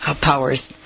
powers